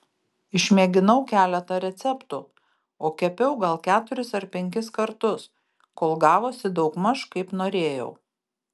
išmėginau keletą receptų o kepiau gal keturis ar penkis kartus kol gavosi daugmaž kaip norėjau